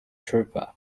trooper